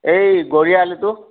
এই গৰিয়া আলুটো